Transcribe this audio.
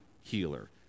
healer